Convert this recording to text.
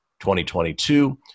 2022